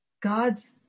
God's